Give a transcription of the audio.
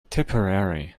tipperary